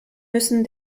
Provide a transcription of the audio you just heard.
müssen